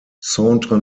centre